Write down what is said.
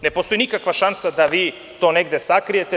Ne postoji nikakva šansa da vi to negde sakrijete.